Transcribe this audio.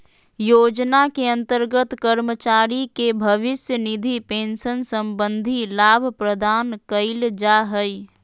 योजना के अंतर्गत कर्मचारी के भविष्य निधि पेंशन संबंधी लाभ प्रदान कइल जा हइ